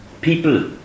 people